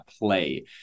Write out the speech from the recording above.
play